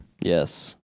Yes